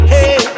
Hey